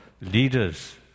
leaders